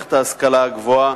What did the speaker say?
מערכת ההשכלה הגבוהה.